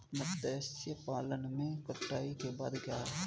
मत्स्य पालन में कटाई के बाद क्या है?